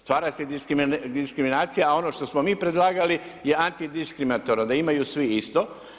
Stvara se diskriminacija ono što smo mi predlagali je antidiskriminatorno, da imaju svi isto.